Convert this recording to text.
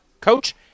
coach